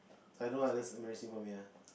I know ah that's embarrassing for me ah